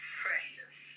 precious